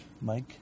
Mike